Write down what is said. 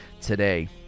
today